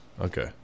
Okay